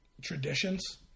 traditions